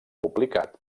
publicat